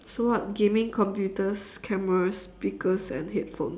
so what gaming computers cameras speakers and headphone